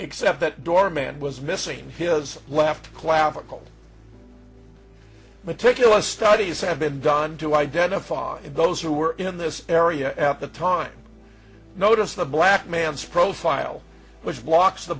except that doorman was missing his left clavicle meticulous studies have been done to identify those who were in this area at the time noticed the black man's profile which blocks the